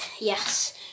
yes